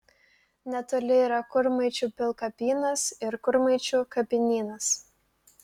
netoli yra kurmaičių pilkapynas ir kurmaičių kapinynas